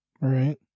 Right